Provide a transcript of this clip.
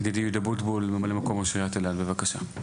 ידידי יהודה בוטבול, ממלא ראש עיריית אילת בבקשה.